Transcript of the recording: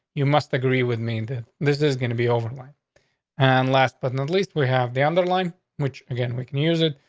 you must agree with me that this is gonna be overlooked on and last but not least, we have the underline, which again we can use it.